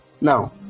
Now